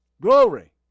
Glory